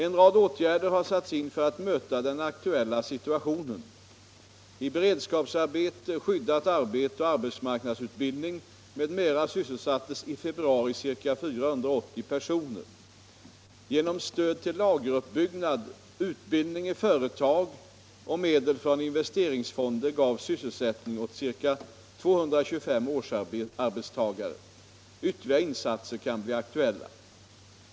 En rad åtgärder har satts in för att möta den aktuella situationen. I beredskapsarbete, skyddat arbete och arbetsmarknadsutbildning m.m. sysselsattes i februari ca 480 personer. Genom stöd till lageruppbyggnad, utbildning i företag och medel från investeringsfonder gavs sysselsättning åt ca 225 årsarbetstagare. Ytterligare insatser kan bli aktuella.